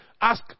ask